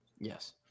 Yes